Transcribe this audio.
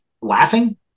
laughing